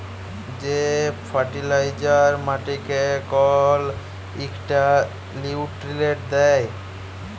যে ফার্টিলাইজার মাটিকে কল ইকটা লিউট্রিয়েল্ট দ্যায়